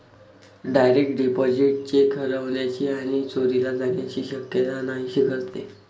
direct deposit cheque हरवण्याची आणि चोरीला जाण्याची शक्यता नाहीशी करते